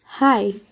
Hi